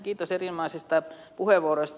kiitos erinomaisista puheenvuoroista